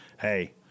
hey